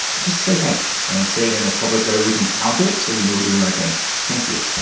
just say thanks. and say it in a public way we can count it, so we know we're doing the right things. thank you